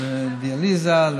לחולי דיאליזה,